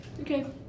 okay